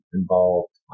involved